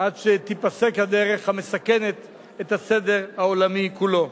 עד שתיפסק הדרך המסכנת את הסדר העולמי כולו.